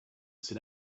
sit